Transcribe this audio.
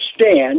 stand